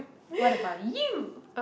what about you